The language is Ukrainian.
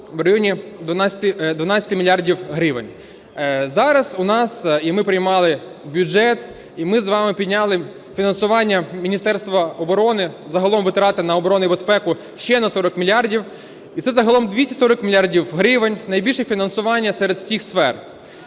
в районі 12 мільярдів гривень. Зараз у нас, і ми приймали бюджет, і ми з вами підняли фінансування Міністерства оборони, загалом витрати на оборону і безпеку ще на 40 мільярдів, і це загалом 240 мільярдів гривень – найбільше фінансування серед всіх сфер.